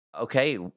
Okay